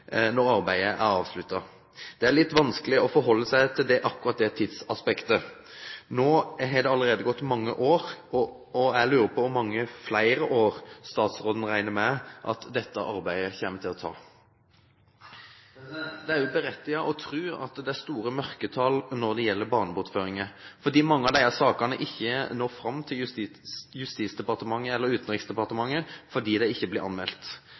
når arbeidet er avsluttet. Det er litt vanskelig å forholde seg til akkurat det tidsaspektet. Nå har det allerede gått mange år, og jeg lurer på hvor mange flere år statsråden regner med at dette arbeidet kommer til å ta. Det er berettiget å tro at det er store mørketall når det gjelder barnebortføringer. Mange av disse sakene når ikke fram til Justisdepartementet eller Utenriksdepartementet, fordi de ikke blir anmeldt.